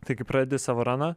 tai kai pradedi savo raną